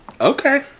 Okay